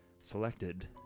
selected